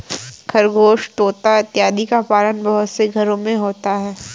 खरगोश तोता इत्यादि का पालन बहुत से घरों में होता है